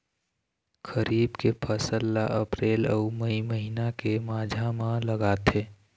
खरीफ के फसल ला अप्रैल अऊ मई महीना के माझा म लगाथे